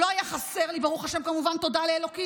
לא היה חסר לי, ברוך השם, כמובן, תודה לאלוקים.